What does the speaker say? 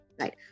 Right